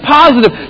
positive